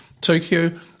Tokyo